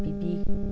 ꯄꯤꯕꯤ